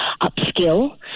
upskill